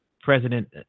president